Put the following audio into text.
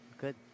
Good